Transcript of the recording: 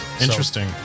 Interesting